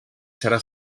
serà